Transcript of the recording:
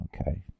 Okay